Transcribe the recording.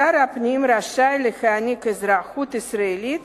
שר הפנים רשאי להעניק אזרחות ישראלית